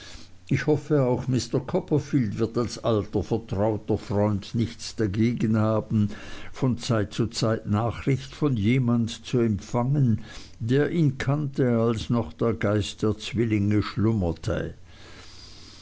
ich hoffe auch mr copperfield wird als alter vertrauter freund nichts dagegen haben von zeit zu zeit nachricht von jemand zu empfangen der ihn kannte als noch der geist der zwillinge schlummerte